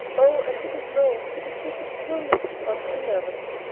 oh, i didn't know, repeated poor mrs. watson, nervously.